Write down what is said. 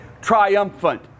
triumphant